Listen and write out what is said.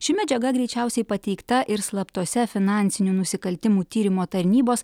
ši medžiaga greičiausiai pateikta ir slaptose finansinių nusikaltimų tyrimo tarnybos